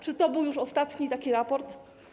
Czy to był już ostatni taki raport?